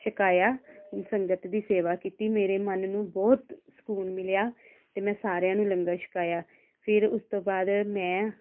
ਛਕਾਇਆ ਸੰਗਤ ਦੀ ਸੇਵਾ ਕੀਤੀ ਮੇਰੇ ਮਨ ਨੂੰ ਬਹੁਤ ਸਕੂਨ ਮਿਲਿਆ ਅਤੇ ਮੈਂ ਸਾਰਿਆਂ ਨੂੰ ਲੰਗਰ ਛਕਾਇਆ ਫਿਰ ਉਸ ਤੋਂ ਬਾਅਦ ਮੈਂ